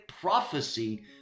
prophecy